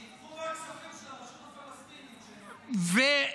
שייקחו מהכספים של הרשות הפלסטינית שהם מקפיאים.